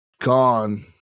gone